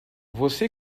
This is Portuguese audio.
você